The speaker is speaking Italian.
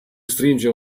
stringe